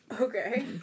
Okay